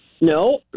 no